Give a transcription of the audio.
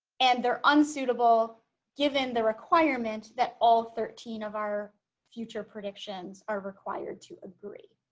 and they're unsuitable given the requirement that all thirteen of our future predictions are required to agree